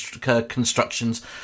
constructions